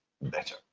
better